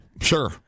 sure